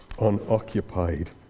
unoccupied